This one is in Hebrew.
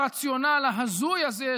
הרציונל ההזוי הזה,